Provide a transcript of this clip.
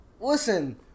Listen